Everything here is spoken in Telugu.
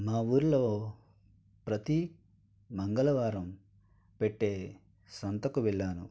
మా ఊర్లో ప్రతి మంగళవారం పెట్టే సంతకు వెళ్లాను